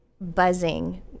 buzzing